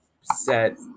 set